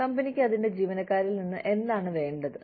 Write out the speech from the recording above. കമ്പനിക്ക് അതിന്റെ ജീവനക്കാരിൽ നിന്ന് എന്താണ് വേണ്ടത്